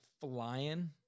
flying –